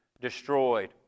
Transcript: destroyed